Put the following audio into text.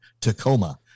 Tacoma